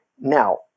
Now